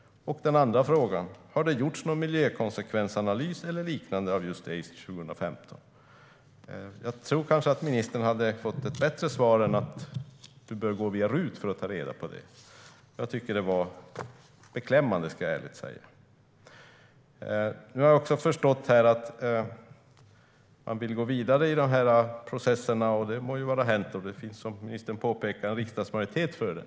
Och den andra frågan är: Har det gjorts någon miljökonsekvensanalys eller liknande av just ACE 2015? Jag tror att ministern kanske hade fått ett bättre svar än att man bör gå via RUT för att ta reda på det. Det var beklämmande, ska jag ärligt säga. Jag har förstått här att man vill gå vidare med processerna. Det må vara hänt. Det finns, som ministern påpekade, en riksdagsmajoritet för det.